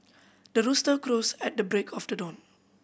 the rooster crows at the break of the dawn